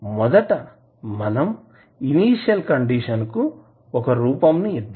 మొదట మనం initial condition కు రూపంని ఇద్దాం